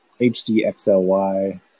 HDXLY